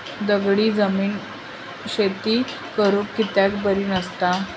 दगडी जमीन शेती करुक कित्याक बरी नसता?